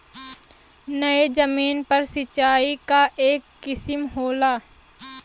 नयी जमीन पर सिंचाई क एक किसिम होला